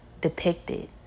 depicted